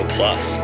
Plus